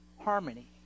harmony